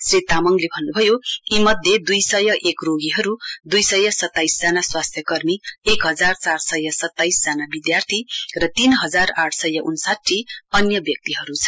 श्री तामङले भन्नुभयो यी मध्ये दुई सय एक रोगीहरू दुइसय सताइस जना स्वास्थ्य कर्मी एक हजार चार सय सताइस जना विद्यार्थी र तीन हजार आठ सय उन्साठी अन्य व्यक्तिहरू छन्